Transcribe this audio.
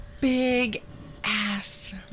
big-ass